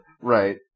Right